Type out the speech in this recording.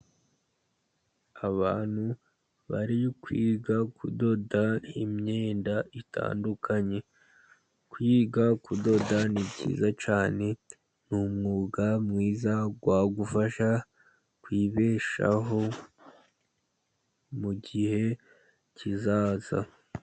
Abantu bari kwiga kudoda imyenda itandukanye. Kwiga kudoda ni byiza cyane, ni umwuga mwiza wagufasha kwibeshaho mu gihe kizaza.